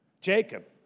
Jacob